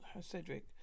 Cedric